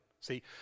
See